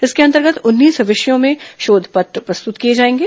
इसके अंतर्गत उन्नीस विषयों में शोध पत्र प्रस्तुत किए जाएंगे